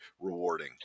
rewarding